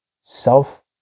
self